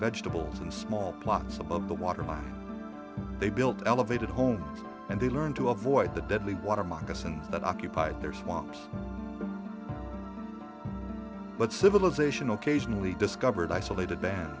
vegetables and small plots above the water line they built elevated home and they learned to avoid the deadly water moccasins that occupied their swamps but civilization occasionally discovered isolated ban